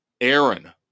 Aaron